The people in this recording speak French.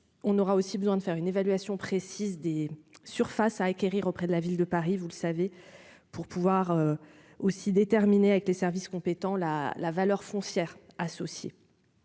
on aura aussi besoin de faire une évaluation précise des surfaces à acquérir auprès de la Ville de Paris, vous le savez, pour pouvoir aussi déterminer avec les services compétents la la valeur foncière associés